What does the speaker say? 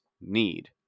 need